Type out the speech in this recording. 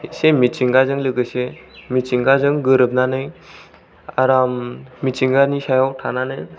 एसे मिथिंगाजों लोगोसे मिथिंगाजों गोरोबनानै आराम मिथिंगानि सायाव थानानै